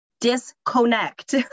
disconnect